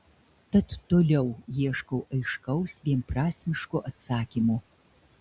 tad toliau ieškau aiškaus vienprasmiško atsakymo